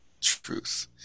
truth